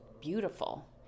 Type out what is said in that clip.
beautiful